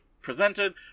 presented